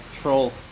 Troll